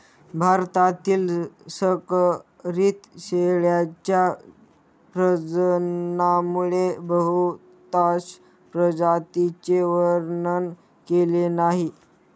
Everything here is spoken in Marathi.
भारतातील संकरित शेळ्यांच्या प्रजननामुळे बहुतांश प्रजातींचे वर्णन केलेले नाही